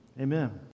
Amen